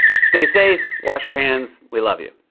stay safe. wash your hands. we love you.